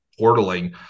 portaling